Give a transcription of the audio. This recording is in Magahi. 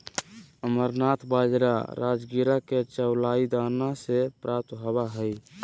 अमरनाथ बाजरा राजगिरा के चौलाई दाना से प्राप्त होबा हइ